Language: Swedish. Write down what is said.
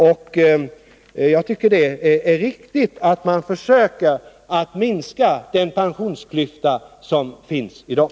Och jag tycker att det är riktigt att man försöker minska den pensionsklyfta som finns i dag.